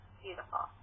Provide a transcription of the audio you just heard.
beautiful